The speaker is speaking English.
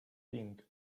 think